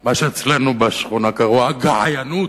מה שאצלנו בשכונה קראו ה"געיינות".